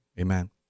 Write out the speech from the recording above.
amen